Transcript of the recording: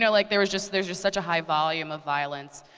yeah like there's just there's just such a high volume of violence,